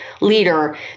leader